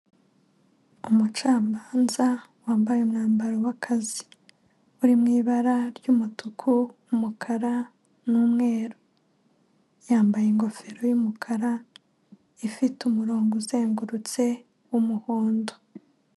Umucamanza wambaye umwambaro w'akazi. Uri mu ibara ry'umutuku, umukara, n'umweru. Yambaye ingofero y'umukara, ifite umurongo uzengurutse w'umuhondo.